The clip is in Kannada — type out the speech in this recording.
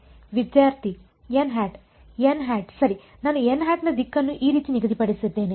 ವಿದ್ಯಾರ್ಥಿ ಸರಿ ನಾನು ನ ದಿಕ್ಕನ್ನು ಈ ರೀತಿ ನಿಗದಿಪಡಿಸಿದ್ದೇನೆ